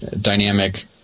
dynamic